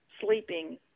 sleeping